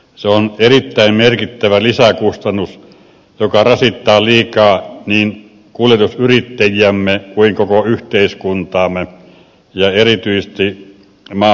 se on erittäin merkittävä lisäkustannus joka rasittaa liikaa niin kuljetusyrittäjiämme kuin myös koko yhteiskuntaamme ja erityisesti maamme reuna alueilla